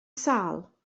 sâl